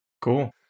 Cool